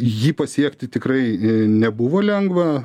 jį pasiekti tikrai nebuvo lengva